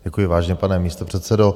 Děkuji, vážený pane místopředsedo.